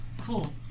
cool